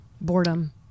Boredom